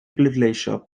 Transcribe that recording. bleidleisio